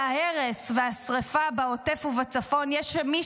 על ההרס והשרפה בעוטף ובצפון יש מי